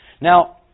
Now